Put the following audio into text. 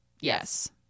Yes